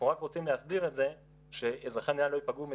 אנחנו רק רוצים להסדיר את זה שאזרחי המדינה לא יפגעו מזה,